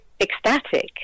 ecstatic